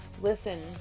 Listen